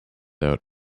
out